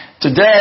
Today